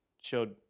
showed